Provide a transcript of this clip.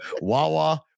Wawa